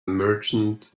merchant